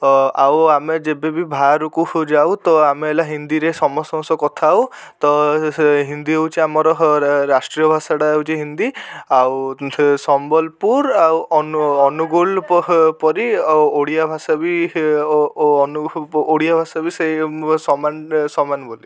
ଆଉ ଆମେ ଯେବେ ବି ବାହାରକୁ ଯାଉ ତ ଆମେ ହେଲା ହିନ୍ଦୀରେ ସମସ୍ତଙ୍କ ସହ କଥା ହଉ ତ ସେ ହିନ୍ଦୀ ହେଉଛି ଆମର ରାଷ୍ଟ୍ରୀୟ ଭାଷାଟା ହେଉଛି ହିନ୍ଦୀ ଆଉ ସମ୍ବଲପୁର ଆଉ ଅନୁ ଅନୁଗୁଳ ପ ପରି ଆଉ ଓଡ଼ିଆ ଭାଷା ବି ଓ ଅନୁ ଓଡ଼ିଆ ଭାଷା ବି ସେଇ ସମାନ ସମାନ ବୋଲି